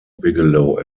bigelow